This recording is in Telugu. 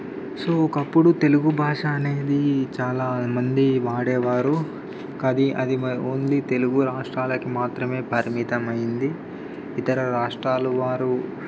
సో ఒకప్పుడు తెలుగు భాష అనేది చాలా మంది వాడేవారు కానీ అది ఓన్లీ తెలుగు రాష్ట్రాలకు మాత్రమే పరిమితం అయింది ఇతర రాష్ట్రాలు వారు